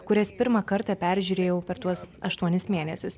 kurias pirmą kartą peržiūrėjau per tuos aštuonis mėnesius